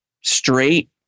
straight